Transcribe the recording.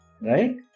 right